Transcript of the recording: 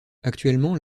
actuellement